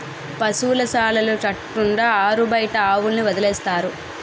పశువుల శాలలు కట్టకుండా ఆరుబయట ఆవుల్ని వదిలేస్తారు